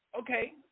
okay